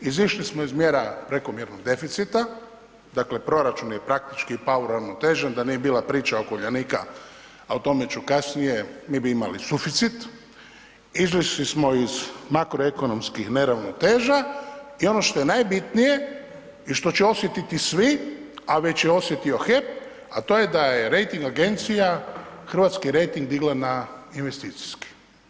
Izašli smo iz mjera prekomjernog deficita, dakle proračun je praktički pao uravnotežen da nije bila priča oko Uljanika, a o tome ću kasnije mi bi imali suficit, izišli smo iz makroekonomskih neravnoteža i ono što je najbitnije i što će osjetiti svi, a već je osjetio HEP, a to je da je rejting agencija Hrvatski rejting digla na investicijski.